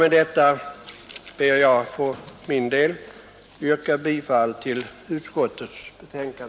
Med detta ber jag att få yrka bifall till utskottets hemställan.